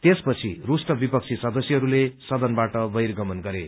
त्यसपछि रूष्ट विपक्षी सदस्यहरूले सदनबाट बर्हिगमन गरे